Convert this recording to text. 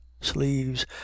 sleeves